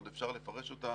עוד אפשר לפרש אותה